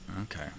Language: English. Okay